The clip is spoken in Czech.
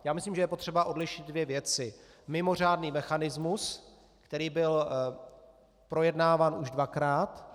Já myslím, že je potřeba odlišit dvě věci: mimořádný mechanismus, který byl projednáván už dvakrát.